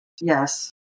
yes